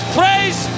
praise